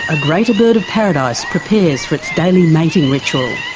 a greater bird of paradise prepares for its daily mating ritual.